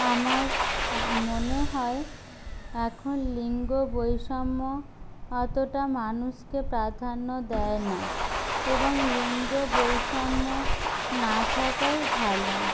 আমার মনে হয় এখন লিঙ্গ বৈষম্য অতটা মানুষকে প্রাধান্য দেয় না এবং লিঙ্গ বৈষম্য না থাকাই ভালো